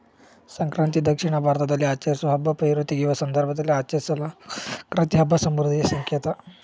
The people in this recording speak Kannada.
ಸಂಕ್ರಾಂತಿ ದಕ್ಷಿಣ ಭಾರತದಲ್ಲಿ ಆಚರಿಸೋ ಹಬ್ಬ ಪೈರು ತೆಗೆಯುವ ಸಂದರ್ಭದಲ್ಲಿ ಆಚರಿಸಲಾಗೊ ಸಂಕ್ರಾಂತಿ ಹಬ್ಬ ಸಮೃದ್ಧಿಯ ಸಂಕೇತ